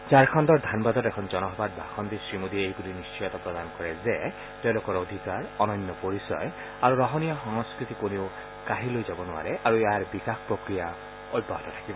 ঝাৰখণ্ডৰ ধানবাদত এখন জনসভাত ভাষণ দি শ্ৰীমোদীয়ে এই বুলি নিশ্চয়তা প্ৰদান কৰা যে তেওঁলোকৰ অধিকাৰ অনন্য পৰিচয় আৰু ৰহণীয়া সংস্থতি কোনেও কাঢ়ি লৈ যাব নোৱাৰে আৰু ইয়াৰ বিকাশ অব্যাহত থাকিব